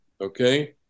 Okay